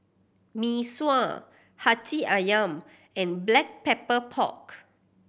Mee Sua Hati Ayam and Black Pepper Pork